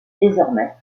désormais